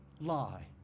lie